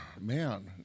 Man